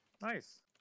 Nice